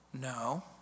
No